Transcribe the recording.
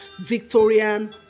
Victorian